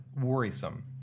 worrisome